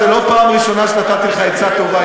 זה לא פעם ראשונה שנתתי לך עצה טובה,